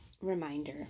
reminder